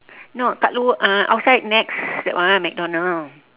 no dekat luar uh outside nex that one mcdonald